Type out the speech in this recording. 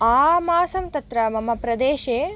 आमासं तत्र मम प्रदेशे